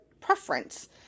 preference